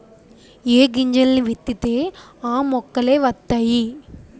ఏ గింజల్ని విత్తితే ఆ మొక్కలే వతైయి